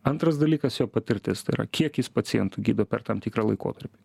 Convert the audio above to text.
antras dalykas jo patirtis tai yra kiek jis pacientų gydo per tam tikrą laikotarpį